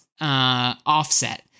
offset